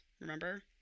Remember